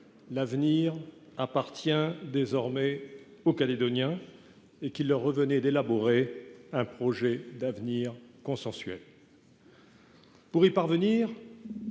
l'avenir appartenait aux Calédoniens et qu'il leur revenait d'élaborer un projet d'avenir consensuel. Pour y parvenir,